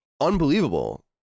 unbelievable